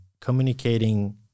communicating